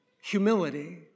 Humility